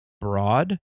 broad